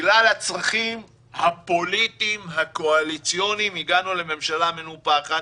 בגלל הצרכים הפוליטיים הקואליציוניים הגענו לממשלה מנופחת.